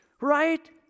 Right